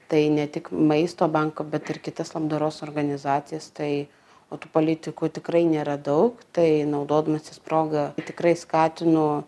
tai ne tik maisto banko bet ir kitas labdaros organizacijas tai o tų politikų tikrai nėra daug tai naudodamasis proga tikrai skatinu